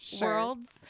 worlds